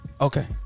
okay